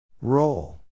Roll